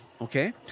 okay